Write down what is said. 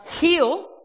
heal